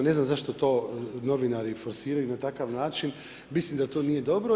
Ne znam zašto to novinari forsiraju na takav način, mislim da to nije dobro.